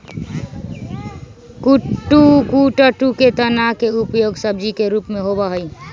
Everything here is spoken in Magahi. कुट्टू के तना के उपयोग सब्जी के रूप में होबा हई